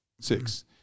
six